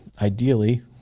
ideally